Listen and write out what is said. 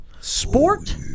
sport